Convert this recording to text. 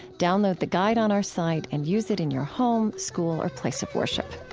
download the guide on our site and use it in your home, school, or place of worship